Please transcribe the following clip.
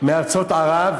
מארצות ערב.